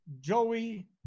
Joey